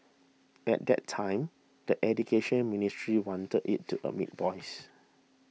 at that time the Education Ministry wanted it to admit boys